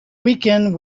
weaken